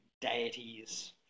deities